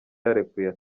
yarekuye